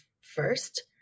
first